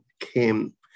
came